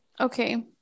Okay